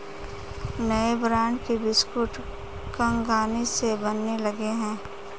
नए ब्रांड के बिस्कुट कंगनी से बनने लगे हैं